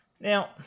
Now